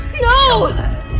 No